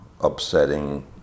upsetting